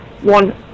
one